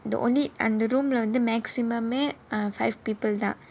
the only அந்த:antha room leh the maximum eh five people தான்:thaan